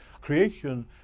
Creation